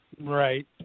Right